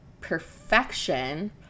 perfection